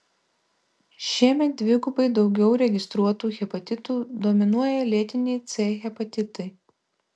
šiemet dvigubai daugiau registruotų hepatitų dominuoja lėtiniai c hepatitai